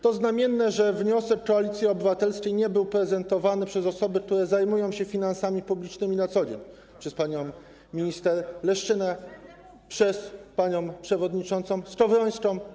To znamienne, że wniosek Koalicji Obywatelskiej nie był prezentowany przez osoby, które zajmują się finansami publicznymi na co dzień, przez panią minister Leszczynę, przez panią przewodniczącą Skowrońską.